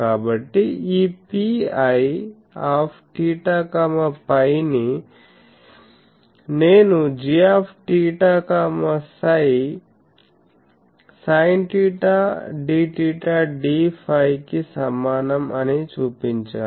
కాబట్టి ఈ Piθ φని నేను gθ φ sinθ dθ dφ కి సమానం అని చూపించాను